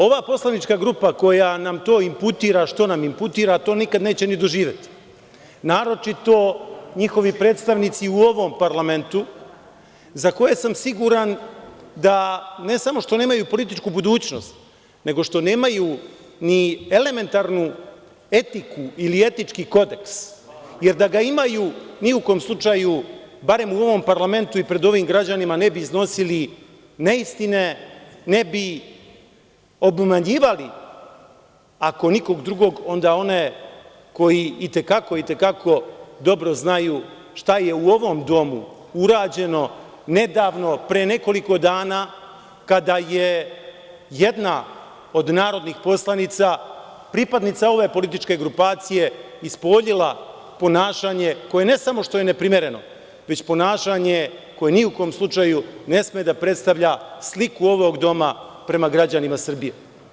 Ova poslanička grupa koja nam to inputira što nam inputira to nikad neće ni doživeti, naročito njihovi predstavnici u ovom parlamentu za koje sam siguran da, ne samo što nemaju političku budućnost, nego što nemaju ni elementarnu etiku ili etički kodeks, jer da ga imaju ni u kom slučaju, barem u ovom parlamentu i pred ovim građanima ne bi iznosili neistine, ne bi obmanjivali, ako nikog drugog onda one koji i te kako dobro znaju šta je u ovom domu urađeno nedavno, pre nekoliko dana je jedna od narodnih poslanica pripadnica ove političke grupacije ispoljila ponašanje koje ne samo što je neprimereno, već ponašanje koje ni u kom slučaju ne sme da predstavalja sliku ovog doma prema građanima Srbije.